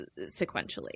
sequentially